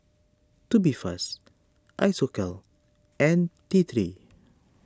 Tubifast Isocal and T three